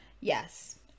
Yes